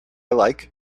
like